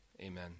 Amen